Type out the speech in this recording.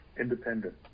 independent